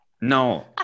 No